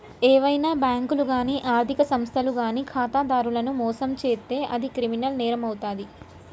ఏవైనా బ్యేంకులు గానీ ఆర్ధిక సంస్థలు గానీ ఖాతాదారులను మోసం చేత్తే అది క్రిమినల్ నేరమవుతాది